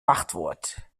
wachtwoord